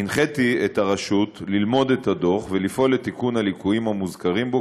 הנחיתי את הרשות ללמוד את הדוח ולפעול לתיקון הליקויים המוזכרים בו,